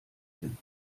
sind